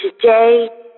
today